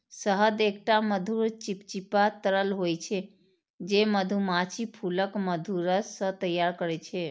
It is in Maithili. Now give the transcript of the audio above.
शहद एकटा मधुर, चिपचिपा तरल होइ छै, जे मधुमाछी फूलक मधुरस सं तैयार करै छै